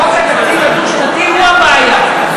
שנאת חינם,